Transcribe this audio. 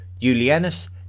Julianus